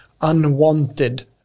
unwanted